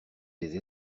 des